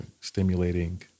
stimulating